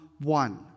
one